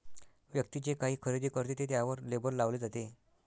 व्यक्ती जे काही खरेदी करते ते त्यावर लेबल लावले जाते